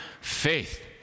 faith